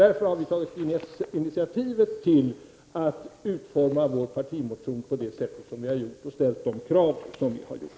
Därför har vi utformat vår partimotion på det sätt som vi har gjort och ställt de krav som vi har ställt.